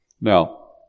Now